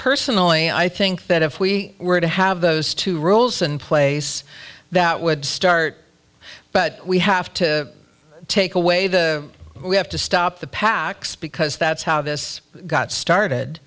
personally i think that if we were to have those two rules and place that would start but we have to take away the we have to stop the pacs because that's how this got started